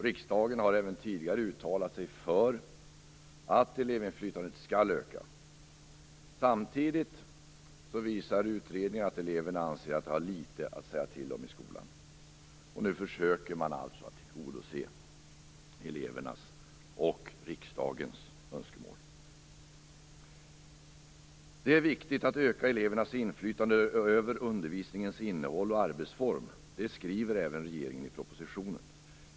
Riksdagen har även tidigare uttalat sig för att elevinflytandet skall öka. Samtidigt visar utredningar att eleverna anser att de har litet att säga till om i skolan. Nu försöker man alltså att tillgodose elevernas och riksdagens önskemål. Det är viktigt att öka elevernas inflytande över undervisningens innehåll och arbetsform. Det skriver även regeringen i propositionen.